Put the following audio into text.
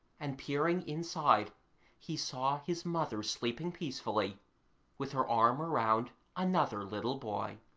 and peering inside he saw his mother sleeping peacefully with her arm around another little boy.